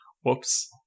Whoops